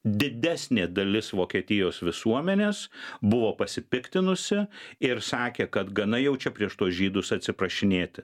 didesnė dalis vokietijos visuomenės buvo pasipiktinusi ir sakė kad gana jau čia prieš tuos žydus atsiprašinėti